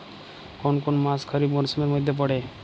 কোন কোন মাস খরিফ মরসুমের মধ্যে পড়ে?